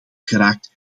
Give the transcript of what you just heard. geraakt